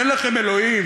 אין לכם אלוהים?